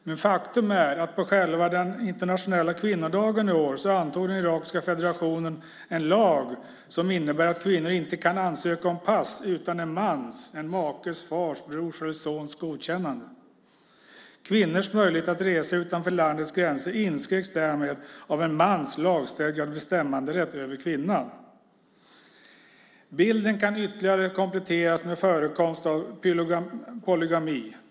Men faktum är att på själva internationella kvinnodagen i år antog den irakiska federationen en lag som innebär att kvinnor inte kan ansöka om pass utan en mans - en makes, fars, brors eller sons - godkännande. Kvinnors möjligheter att resa utanför landets gränser inskränks därmed av en mans lagstadgade bestämmanderätt över kvinnan. Bilden kan ytterligare kompletteras med förekomsten av polygami.